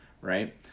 right